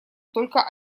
только